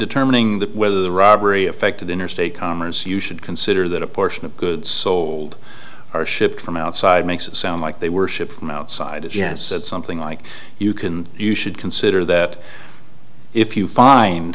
determining that whether the robbery affected interstate commerce you should consider that a portion of goods sold or shipped from outside makes it sound like they were shipped from outside yes something like you can you should consider that if you find